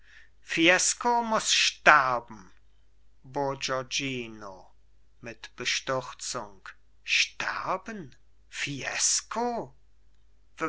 fiesco muß sterben bourgognino mit bestürzung sterben fiesco